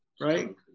right